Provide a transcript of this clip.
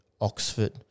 Oxford